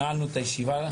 הישיבה נעולה.